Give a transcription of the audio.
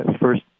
first